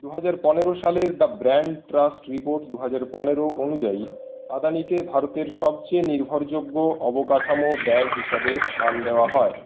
দুহাজার পনেরো সালের দ্য ব্র্যান্ড ট্রাস্ট রিপোর্ট দুহাজার পনেরো অনুযায়ী আদানিকে ভারতের সবচেয়ে নির্ভরযোগ্য অবকাঠামো ব্র্যান্ড হিসাবে স্থান দেওয়া হয়